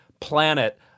planet